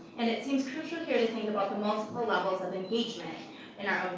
and it seems crucial here to think about the multiple levels of engagement in our